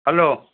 hello